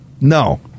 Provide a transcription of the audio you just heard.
no